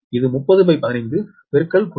எனவே இது 30150